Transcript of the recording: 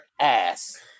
ass